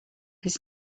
his